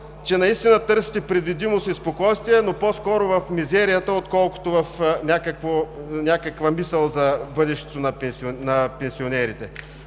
че наистина търсите предвидимост и спокойствие, но по-скоро в мизерията, отколкото в някаква мисъл за бъдещето на пенсионерите.